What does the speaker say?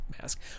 mask